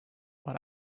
but